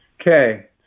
Okay